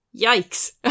Yikes